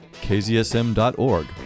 kzsm.org